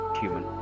Human